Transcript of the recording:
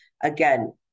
Again